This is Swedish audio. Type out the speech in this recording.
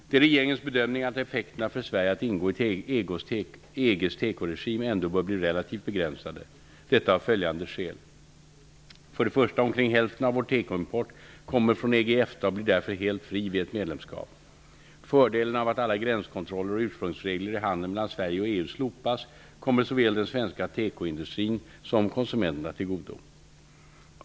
Det är regeringens bedömning att effekterna för Sverige av att ingå i EG:s tekoregim ändå bör bli relativt begränsade, och det är av följande skäl: 1. Omkring hälften av vår tekoimport kommer från EG/EFTA och blir därför helt fri vid ett medlemskap. Fördelen av att alla gränskontroller och ursprungsregler i handeln mellan Sverige och EU slopas kommer såväl den svenska tekoindustrin som konsumenterna till godo. 2.